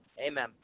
Amen